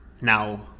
now